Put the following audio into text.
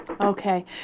Okay